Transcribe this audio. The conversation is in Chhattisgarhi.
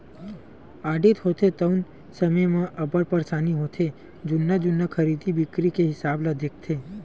आडिट होथे तउन समे म अब्बड़ परसानी होथे जुन्ना जुन्ना खरीदी बिक्री के हिसाब ल देखथे